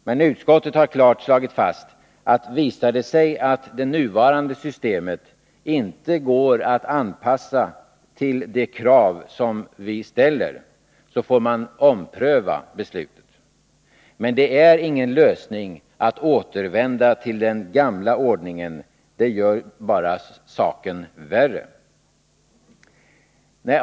Men utskottet har klart slagit fast, att om det visar sig att det nuvarande systemet inte går att anpassa till de krav som ställs, får man ompröva beslutet. Men det är ingen lösning att återvända till den gamla ordningen. Det gör bara saken värre.